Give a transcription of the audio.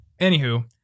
Anywho